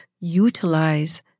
utilize